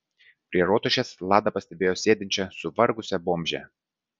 prie rotušės lada pastebėjo sėdinčią suvargusią bomžę